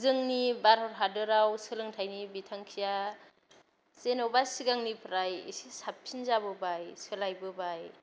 जोंनि भारत हादराव सोलोंथाइनि बिथांखिआ जेनावबा सिगांनिफ्राय इसे साबसिन जाबोबाय सोलायबोबाय